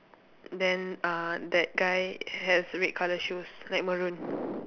then uh that guy has red colour shoes like maroon